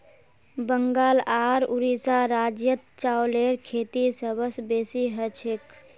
बंगाल आर उड़ीसा राज्यत चावलेर खेती सबस बेसी हछेक